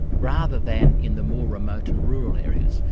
rather than in the more remote and rural areas.